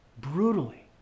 brutally